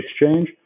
exchange